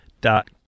dot